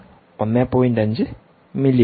5മില്ലിവാട്ട്